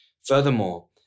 Furthermore